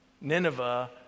Nineveh